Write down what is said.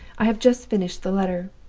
i have just finished the letter.